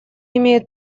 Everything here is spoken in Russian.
имеет